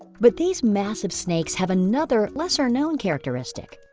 but these massive snakes have another lesser-known characteristic.